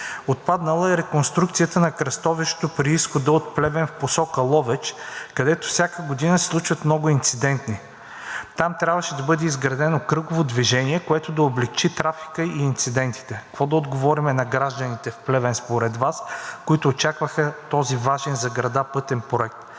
Отпаднала е реконструкцията на кръстовището при изхода от Плевен в посока Ловеч, където всяка година се случват много инциденти. Там трябваше да бъде изградено кръгово движение, което да облекчи трафикът и инцидентите. Какво да отговорим на гражданите в Плевен според Вас, които очакваха този важен за града пътен проект?